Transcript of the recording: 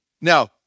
Now